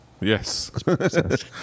Yes